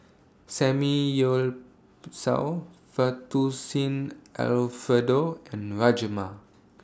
Samgyeopsal Fettuccine Alfredo and Rajma